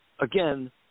again